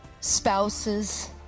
SPOUSES